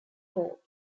hole